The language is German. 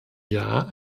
jahr